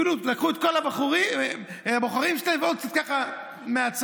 לקחו את כל הבוחרים שלהם ועוד קצת ככה מהצד.